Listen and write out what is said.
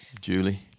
Julie